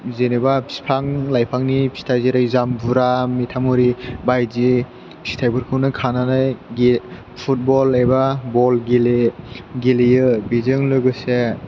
जेनेबा बिफां लाइफांनि फिथाइ जेरै जामबुरा मिथामुरि बायदि फिथाइफोरखौनो खानानै फुटबल एबा बल गेले गेलेयो बेजों लोगोसे